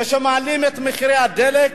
כשמעלים את מחירי הדלק,